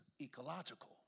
ecological